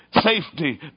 safety